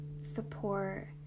support